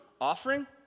offering